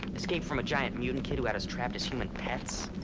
escaped from a giant mutant kid who had us trapped as human pets.